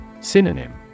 Synonym